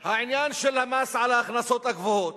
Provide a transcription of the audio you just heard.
העניין של המס על ההכנסות הגבוהות,